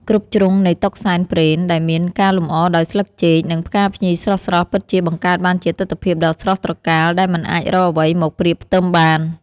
គ្រប់ជ្រុងនៃតុសែនព្រេនដែលមានការលម្អដោយស្លឹកចេក និងផ្កាភ្ញីស្រស់ៗពិតជាបង្កើតបានជាទិដ្ឋភាពដ៏ស្រស់ត្រកាលដែលមិនអាចរកអ្វីមកប្រៀបផ្ទឹមបាន។